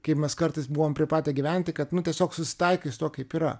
kai mes kartais buvom pripratę gyventi kad nu tiesiog susitaikai su tuo kaip yra